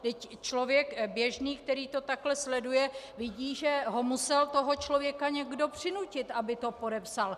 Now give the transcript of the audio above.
Vždyť člověk běžný, který to takhle sleduje, vidí, že musel toho člověka někdo přinutit, aby to podepsal.